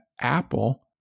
Apple